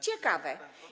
Ciekawe.